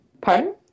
Pardon